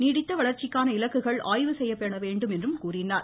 நீடித்த வளர்ச்சிக்கான இலக்குகள் ஆய்வு செய்யப்பட வேண்டும் என்றார்